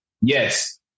yes